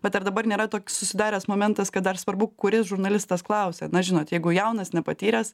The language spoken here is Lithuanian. bet ar dabar nėra toks susidaręs momentas kad dar svarbu kuris žurnalistas klausia na žinot jeigu jaunas nepatyręs